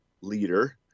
leader